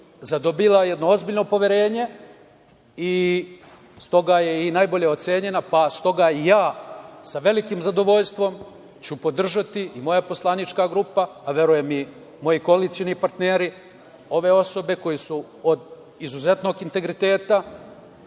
zadobila jedno ozbiljno poverenje, i stoga je i najbolje ocenjena, pa stoga i ću i ja sa velikim zadovoljstvom podržati i moja poslanička grupa, a verujem i moji koalicioni partneri, ove osobe koje su od izuzetnog integriteta,